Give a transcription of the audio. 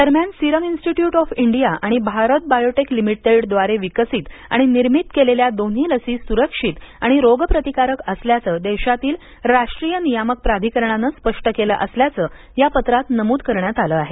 दरम्यान Serum Institute of India आणि Bharat Biotech लिमिटेडदवारे विकसित आणि निर्मित केलेल्या दोन्ही लसी स्रक्षित आणि रोगप्रतिकारक असल्याचं देशातील राष्ट्रीय नियामक प्राधिकरणानं स्पष्ट केलं असल्याचं या पत्रात नमूद करण्यात आलं आहे